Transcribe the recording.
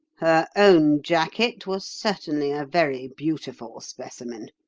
her own jacket was certainly a very beautiful specimen.